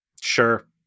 Sure